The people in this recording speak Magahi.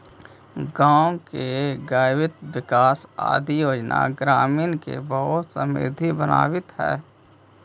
गाँव में गव्यविकास आदि योजना ग्रामीण के बहुत समृद्ध बनावित हइ